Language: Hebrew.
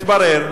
מתברר